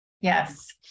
Yes